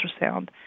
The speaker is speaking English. ultrasound